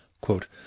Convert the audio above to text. quote